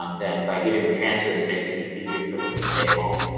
um then by giving them transfers maybe make it easier for them to stay at home,